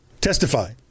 testify